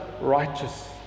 righteous